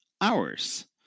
hours